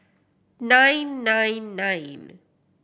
nine nine nine